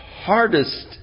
hardest